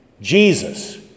Jesus